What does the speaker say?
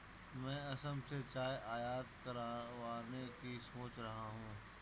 मैं असम से चाय आयात करवाने की सोच रहा हूं